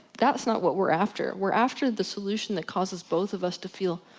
that's not what we're after. we're after the solution that causes both of us to feel